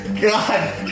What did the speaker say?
God